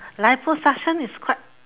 liposuction is quite